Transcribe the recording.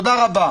תודה רבה.